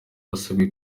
basabwe